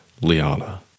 Liana